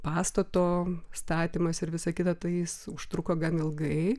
pastato statymas ir visa kita tai jis užtruko gan ilgai